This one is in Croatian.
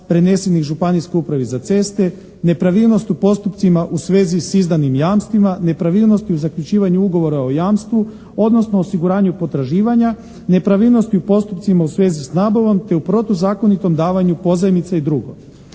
prenesenih županijskoj upravi za ceste, nepravilnost u postupcima u svezi s izdanim jamstvima, nepravilnosti u zaključivanju ugovora o jamstvu, odnosno osiguranju potraživanja, nepravilnosti u postupcima u svezi s nabavom, te u protuzakonitom davanju pozajmice i drugo.